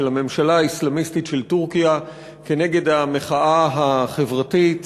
של הממשלה האסלאמיסטית של טורקיה כנגד המחאה החברתית.